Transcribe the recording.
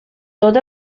tot